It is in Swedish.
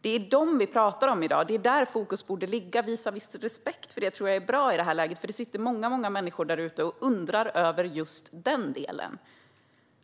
Det är dem vi pratar om i dag. Det är där fokus borde ligga. Att visa viss respekt för det tror jag är bra i det här läget, för det sitter många människor där ute och undrar över just den delen.